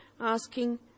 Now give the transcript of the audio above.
asking